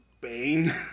Bane